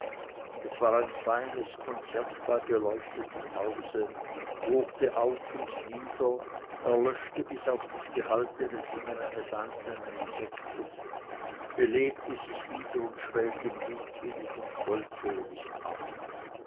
es war ein feines konzert bei beleuchtetem hause wogte auf und nieder erlöschte bis auf das gehaltene singen eines einzelnen insektes belebte sich wieder und schwellte mutwillig und volltönig an